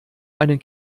einen